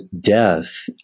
death